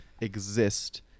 exist